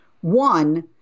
one